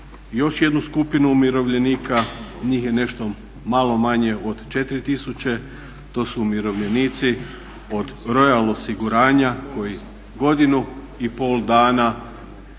još jednu skupinu umirovljenika. Njih je nešto malo manje od 4000. To su umirovljenici od royal osiguranja koji godinu i pol dana